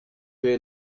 wir